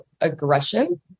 aggression